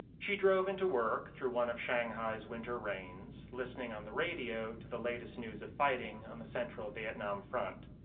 she drove into work through one of shanghai's winter rains, listening on the radio to the latest news of fighting on the central viet nam front,